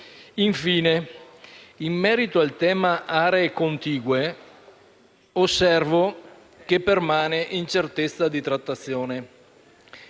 Infine, in merito al tema delle aree contigue osservo che permane incertezza di trattazione.